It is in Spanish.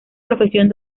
profesión